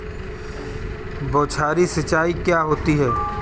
बौछारी सिंचाई क्या होती है?